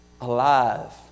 alive